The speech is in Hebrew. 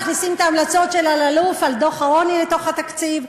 מכניסים את ההמלצות של אלאלוף לגבי דוח העוני לתוך התקציב,